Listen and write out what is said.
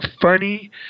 funny